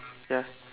ya